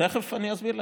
תכף אני אסביר לך.